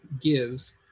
gives